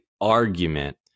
argument